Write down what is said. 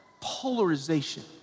polarization